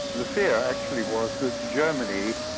the fear actually was that germany,